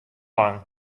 lang